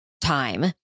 time